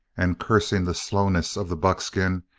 and cursing the slowness of the buckskin,